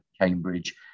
Cambridge